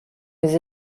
les